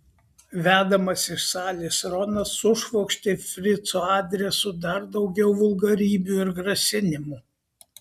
vedamas iš salės ronas sušvokštė frico adresu dar daugiau vulgarybių ir grasinimų